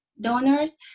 donors